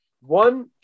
One